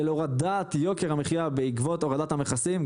של הורדת יוקר המחייה בעקבות הורדת המכסים,